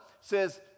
says